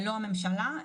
לא הממשלה.